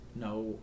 No